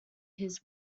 his